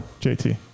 JT